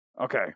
Okay